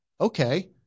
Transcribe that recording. Okay